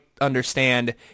understand